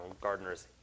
gardeners